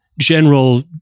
general